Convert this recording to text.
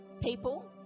people